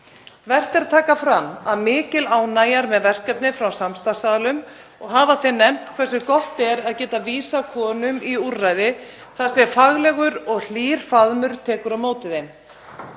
Vert er að taka fram að mikil ánægja er með verkefnið frá samstarfsaðilum og hafa þeir nefnt hversu gott er að geta vísað konum í úrræði þar sem faglegur og hlýr faðmur tekur á móti þeim.